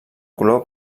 color